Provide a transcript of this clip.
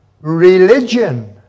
religion